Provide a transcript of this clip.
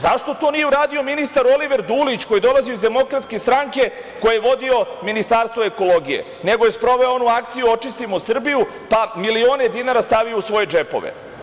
Zašto to nije uradio ministar Oliver Dulić koji je dolazio iz DS, koji je vodio Ministarstvo ekologije, nego je sproveo onu akciju "Očistimo Srbiju" pa milione dinara stavio u svoje džepove?